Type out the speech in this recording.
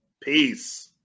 peace